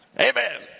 Amen